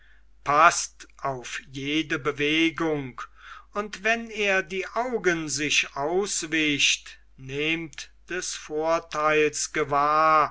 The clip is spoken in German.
paßt auf jede bewegung und wenn er die augen sich auswischt nehmt des vorteils gewahr